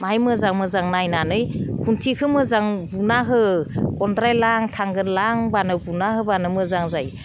माहाय मोजां मोजां नायनानै खुन्थिखो मोजां बुना हो गन्द्राय लां थांगोर लांबानो बुना होबानो मोजां जायो